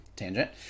Tangent